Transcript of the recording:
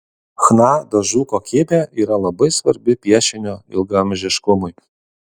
chna dažų kokybė yra labai svarbi piešinio ilgaamžiškumui